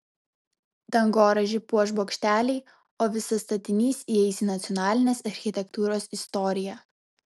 dangoraižį puoš bokšteliai o visas statinys įeis į nacionalinės architektūros istoriją